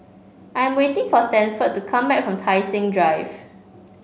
I am waiting for Stanford to come back from Tai Seng Drive